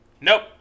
Nope